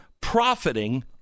profiting